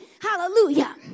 Hallelujah